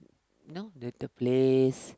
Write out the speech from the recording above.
know the the place